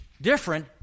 different